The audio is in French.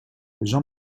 jean